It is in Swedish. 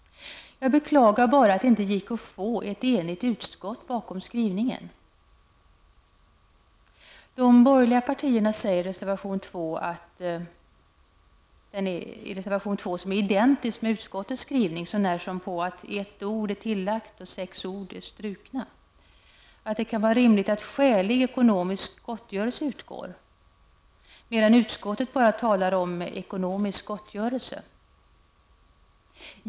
Jag beklagar bara att det inte gick att få ett enigt utskott bakom skrivningen. Reservation nr 2 av de borgerliga utskottsledamöterna är identisk med utskottets skrivning sånär som på att ett ord är tillagt och sex ord är strukna ur utskottets skrivning. I reservationen sägs att det kan vara rimligt att ''skälig ekonomisk gottgörelse'' utgår, medan det i utskottets skrivning bara talas om ''ekonomisk gottgörelse''.